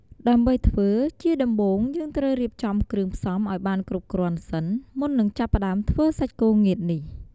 ដើម្បីធ្វើ ជាដំបូងយើងត្រូវរៀបចំគ្រឿងផ្សំឲ្យបានគ្រប់គ្រាន់សិន មុននឹងចាប់ផ្តើមធ្វើសាច់គោងៀតនេះ។